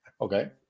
okay